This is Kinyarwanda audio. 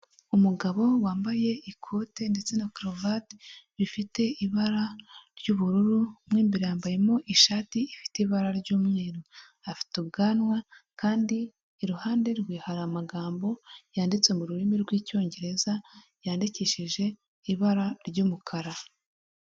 Umugabo wambaye ikote ndetse na karuvate bifite ibara ry'ubururu, mo imbe yambayemo ishati ifite ibara ry'umweru, afite ubwanwa kandi iruhande rwe hari amagambo yanditse mu rurimi rw'icyongereza yandikishije ibara ry'umukara.